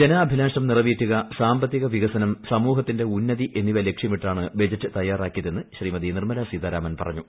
ജനാഭിലാഷം നിറവേറ്റുക സാമ്പത്തിക വികസനം സമൂഹത്തിന്റെ ഉന്നതി എന്നിവ ലക്ഷ്യമിട്ടാണ് ബജറ്റ് തയാറാക്കിയതെന്ന് ശ്രീമതി നിർമ്മല സീതാരാമൻ പറഞ്ഞു